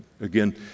Again